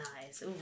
eyes